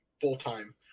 full-time